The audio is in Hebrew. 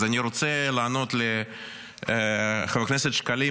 אז אני רוצה לענות לחבר הכנסת שקלים,